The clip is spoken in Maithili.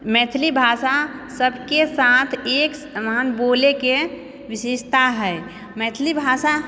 मैथिली भाषा सबके साथ एक समान बोलैके विशेषता है मैथिली भाषा